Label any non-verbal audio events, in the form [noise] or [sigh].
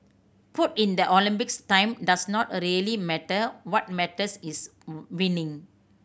put in the Olympics time does not a really matter what matters is [unintelligible] winning